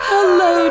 Hello